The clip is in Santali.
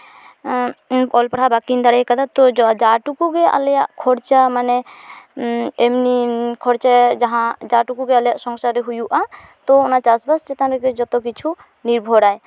ᱚᱞ ᱯᱟᱲᱦᱟᱣ ᱵᱟᱠᱤᱱ ᱫᱟᱲᱮᱭ ᱠᱟᱫᱟ ᱛᱚ ᱡᱟ ᱴᱩᱠᱩᱜᱮ ᱟᱞᱮᱭᱟᱜ ᱠᱷᱚᱨᱪᱟ ᱢᱟᱱᱮ ᱮᱢᱱᱤ ᱠᱷᱚᱨᱪᱟᱭᱟ ᱡᱟᱦᱚᱸ ᱡᱟ ᱴᱩᱠᱩ ᱜᱮ ᱟᱞᱮᱭᱟᱜ ᱥᱚᱝᱥᱟᱨ ᱨᱮ ᱦᱩᱭᱩᱜᱼᱟ ᱛᱚ ᱚᱱᱟ ᱪᱟᱥᱵᱟᱥ ᱪᱮᱛᱟᱱ ᱨᱮᱜᱮ ᱡᱚᱛᱚ ᱠᱤᱪᱷᱩ ᱱᱤᱨᱵᱷᱚᱨᱟᱭ